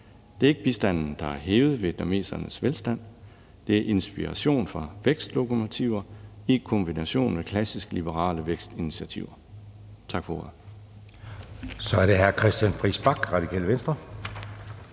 Det er ikke bistanden, der har hævet vietnamesernes velstand. Det er inspiration fra vækstlokomotiver i kombination med klassiske liberale vækstinitiativer. Tak for ordet. Kl. 16:06 Anden næstformand (Jeppe